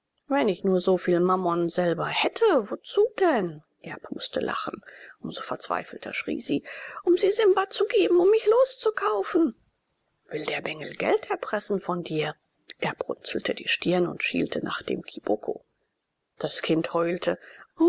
wenn ich nur so viel mammon selber hätte wozu denn erb mußte lachen um so verzweifelter schrie sie um sie simba zu geben um mich loszukaufen will der bengel geld erpressen von dir erb runzelte die stirn und schielte nach dem kiboko das kind heulte